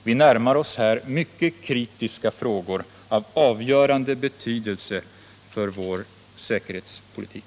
Vi närmar oss här mycket kritiska frågor av avgörande betydelse för vår säkerhetspolitik.